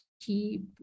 keep